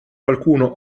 qualcuno